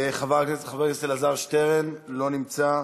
חבר הכנסת אלעזר שטרן, לא נמצא,